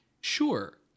sure